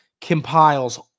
compiles